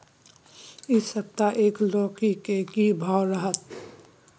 इ सप्ताह एक लौकी के की भाव रहत?